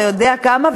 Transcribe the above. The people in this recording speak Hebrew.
ואתה יודע כמה,